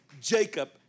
Jacob